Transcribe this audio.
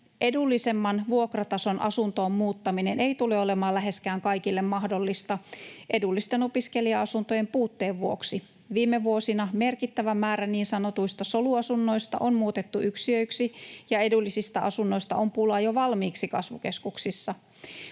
Edullisemman vuokratason asuntoon muuttaminen ei tule olemaan läheskään kaikille mahdollista edullisten opiskelija-asuntojen puutteen vuoksi. Viime vuosina merkittävä määrä niin sanotuista soluasunnoista on muutettu yksiöiksi, ja edullisista asunnoista on pulaa jo valmiiksi kasvukeskuksissa.